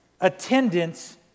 attendance